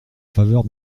faveur